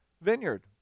vineyard